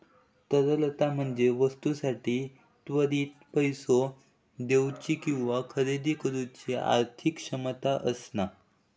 तरलता म्हणजे वस्तूंसाठी त्वरित पैसो देउची किंवा खरेदी करुची आर्थिक क्षमता असणा